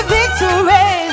Victory